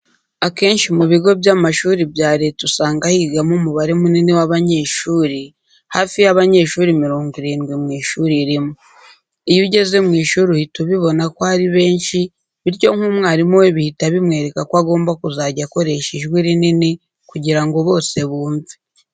Akenshi mu bigo by'amashuri bya leta usanga higamo umubare munini w'abanyeshuri, hafi y'abanyeshuri mirongo irindwi mu ishuri rimwe. Iyo ugeze mu ishuri uhita ubibona ko ari benshi bityo nk'umwarimu we bihita bimwereka ko agomba kuzajya akoresha ijwi rinini kugira ngo bose bumve.